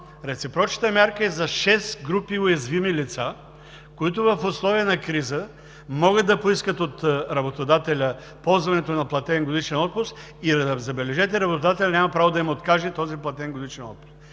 реципрочната мярка е за шест групи уязвими лица, които в условия на криза могат да поискат от работодателя ползването на платен годишен отпуск и, забележете, работодателят няма право да им откаже този платен годишен отпуск.